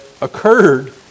occurred